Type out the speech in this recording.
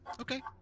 Okay